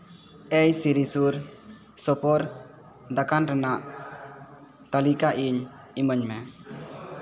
ᱮᱹᱭ ᱥᱤᱨᱤ ᱥᱩᱨ ᱥᱩᱯᱩᱨ ᱫᱚᱠᱟᱱ ᱨᱮᱱᱟᱜ ᱛᱟᱹᱞᱤᱠᱟ ᱤᱧ ᱤᱢᱟᱹᱧ ᱢᱮ